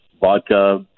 vodka